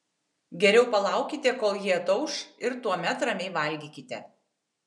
geriau palaukite kol ji atauš ir tuomet ramiai valgykite